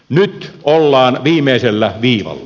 nyt ollaan viimeisellä viivalla